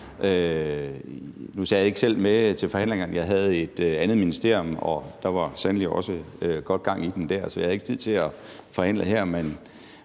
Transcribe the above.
Nu sad jeg ikke selv med til forhandlingerne, jeg havde et andet ministerium, og der var sandelig også godt gang i den der, så jeg havde ikke tid til at forhandle her,